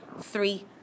three